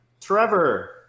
trevor